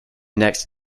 next